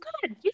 good